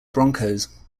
broncos